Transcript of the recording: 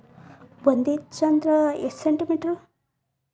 ಒಂದಿಂಚು ಅಂದ್ರ ಎಷ್ಟು ಸೆಂಟಿಮೇಟರ್?